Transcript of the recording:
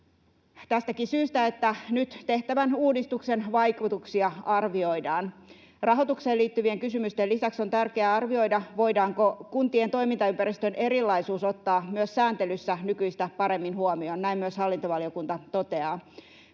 tästäkin syystä, että nyt tehtävän uudistuksen vaikutuksia arvioidaan. Rahoitukseen liittyvien kysymysten lisäksi on tärkeää arvioida, voidaanko kuntien toimintaympäristön erilaisuus ottaa myös sääntelyssä nykyistä paremmin huomioon — näin myös hallintovaliokunta toteaa.